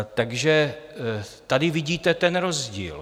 Takže tady vidíte ten rozdíl.